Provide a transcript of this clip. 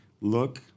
look